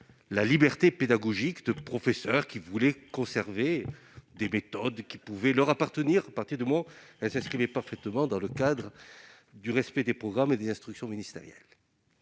la liberté pédagogique de professeurs qui voulaient conserver des méthodes qui leur appartenaient, pourvu que celles-ci s'inscrivent dans le cadre du respect des programmes et des instructions ministérielles.